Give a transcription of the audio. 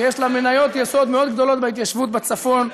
שיש לה מניות יסוד מאוד גדולות בהתיישבות בצפון,